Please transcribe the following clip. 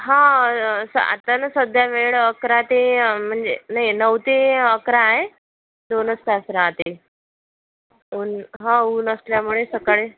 हां आता ना सध्या वेळ अकरा ते म्हणजे नाही नऊ ते अकरा आहे दोनच तास राहते ऊन हां ऊन असल्यामुळे सकाळी